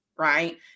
right